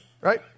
right